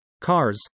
cars